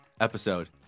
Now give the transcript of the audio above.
episode